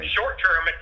short-term